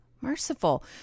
merciful